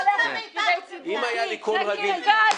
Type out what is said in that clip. אתה נותן להם ל- -- קרקס.